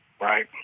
right